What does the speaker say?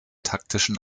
taktischen